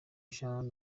jean